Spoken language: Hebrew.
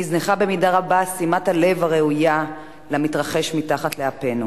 נזנחה במידה רבה שימת הלב הראויה למתרחש מתחת לאפנו